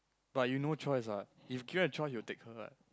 but you no choice what if given a choice you will take her what